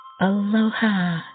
Aloha